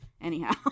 anyhow